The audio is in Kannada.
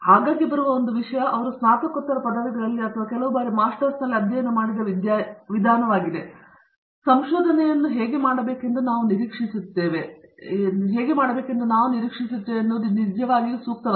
ಆಗಾಗ್ಗೆ ಬರುವ ಒಂದು ವಿಷಯ ಅವರು ಸ್ನಾತಕೋತ್ತರ ಪದವಿಗಳಲ್ಲಿ ಅಥವಾ ಕೆಲವು ಬಾರಿ ಮಾಸ್ಟರ್ಸ್ನಲ್ಲಿ ಅಧ್ಯಯನ ಮಾಡಿದ ವಿಧಾನವಾಗಿದೆ ಸಂಶೋಧನೆಯು ಹೇಗೆ ಮಾಡಬೇಕೆಂದು ನಾವು ನಿರೀಕ್ಷಿಸುತ್ತೇವೆ ಎನ್ನುವುದು ನಿಜವಾಗಿಯೂ ಸೂಕ್ತವಲ್ಲ